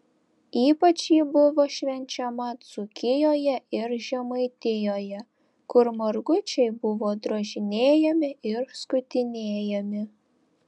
ypač ji buvo švenčiama dzūkijoje ir žemaitijoje kur margučiai buvo drožinėjami ir skutinėjami